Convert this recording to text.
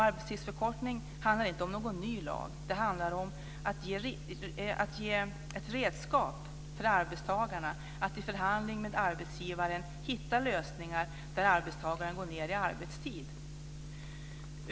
Arbetstidsförkortning handlar inte om någon ny lag, det handlar om att ge ett redskap för arbetstagarna att i förhandling med arbetsgivarna hitta lösningar där arbetstagarna går ned i arbetstid.